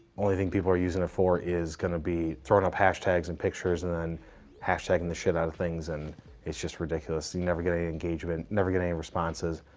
only thing people are using it for is gonna be throwing up hashtags and pictures and then hashtagging the shit out of things. and it's just ridiculous. you never get any engagement, never get any responses.